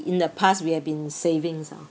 in the past we have been savings ah